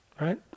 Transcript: right